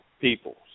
people